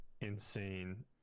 insane